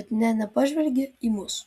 bet nė nepažvelgė į mus